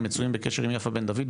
המצויים בקשר עם יפה בן דוד,